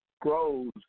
grows